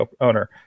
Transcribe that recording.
owner